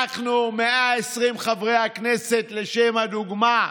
אנחנו, 120 חברי הכנסת, לשם הדוגמה,